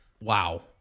wow